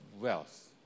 wealth